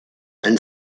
and